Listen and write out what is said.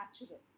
natural